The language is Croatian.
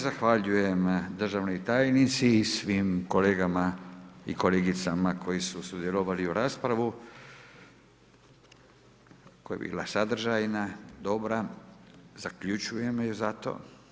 Zahvaljujem državnoj tajnici i svim kolegama i kolegicama koji su sudjelovali u raspravi, koja je bila sadržajan, dobra, zaključujem ju zato.